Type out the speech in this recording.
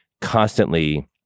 constantly